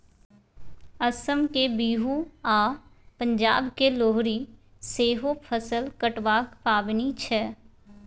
असमक बिहू आ पंजाबक लोहरी सेहो फसल कटबाक पाबनि छै